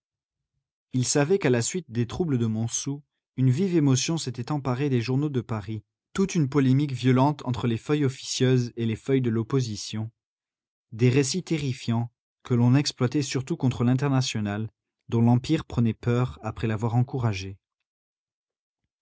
il savait qu'à la suite des troubles de montsou une vive émotion s'était emparée des journaux de paris toute une polémique violente entre les feuilles officieuses et les feuilles de l'opposition des récits terrifiants que l'on exploitait surtout contre l'internationale dont l'empire prenait peur après l'avoir encouragée